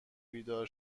بیدار